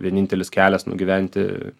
vienintelis kelias nugyventi